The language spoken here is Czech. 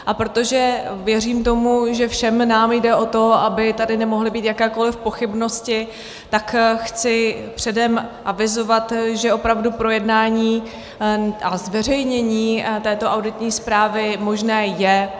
A protože věřím tomu, že všem nám jde o to, aby tady nemohly být jakékoliv pochybnosti, tak chci předem avizovat, že opravdu projednání a zveřejnění této auditní zprávy možné je.